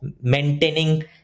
maintaining